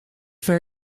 ver